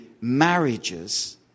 marriages